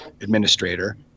administrator